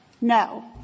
No